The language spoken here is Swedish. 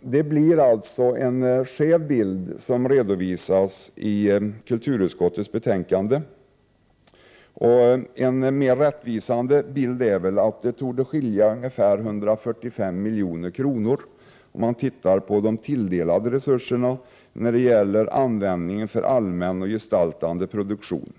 Den bild som redovisas i kulturutskottets betänkande blir därför skev. En mera rättvisande beskrivning torde vara att skillnaden är ungefär 145 milj.kr., om man ser till de tilldelade resurserna för allmän och gestaltande produktion.